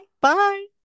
bye